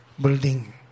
building